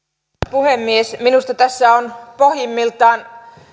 puhemies minusta tässä on pohjimmiltaan